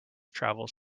travels